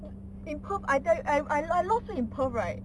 in in perth I tell you I I lost it in perth right